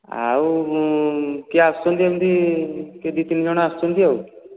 ଆଉ କିଏ ଆସୁଛନ୍ତି ଏମିତି କିଏ ଦୁଇ ତିନି ଜଣ ଆସୁଛନ୍ତି ଆଉ